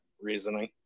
reasoning